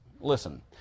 Listen